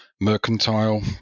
mercantile